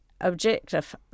objective